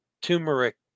turmeric